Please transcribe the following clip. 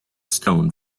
stone